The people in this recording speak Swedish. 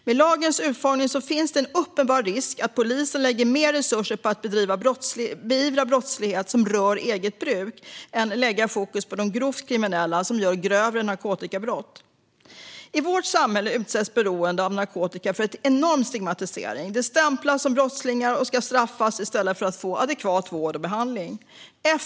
Med lagens utformning finns det en uppenbar risk att polisen lägger mer resurser på att beivra brottslighet som rör eget bruk än de gör på de grovt kriminella som begår grövre narkotikabrott. I vårt samhälle utsätts de som är beroende av narkotika för en enorm stigmatisering. De stämplas som brottslingar och ska straffas i stället för att få adekvat vård och behandling.